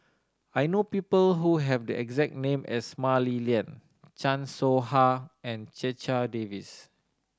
I know people who have the exact name as Mah Li Lian Chan Soh Ha and Checha Davies